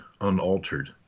unaltered